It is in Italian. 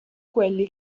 quelli